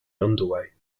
underway